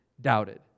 doubted